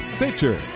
Stitcher